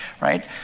right